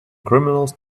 criminals